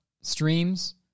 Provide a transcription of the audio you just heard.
Streams